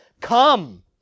come